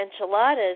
enchiladas